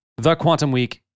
thequantumweek